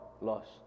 lost